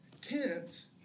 Tents